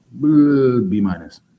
B-minus